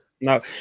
no